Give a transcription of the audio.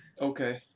Okay